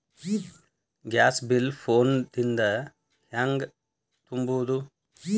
Gas bill phone ದಿಂದ ಹ್ಯಾಂಗ ತುಂಬುವುದು?